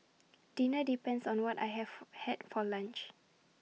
dinner depends on what I have had for lunch